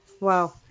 Wow